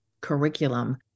curriculum